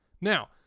Now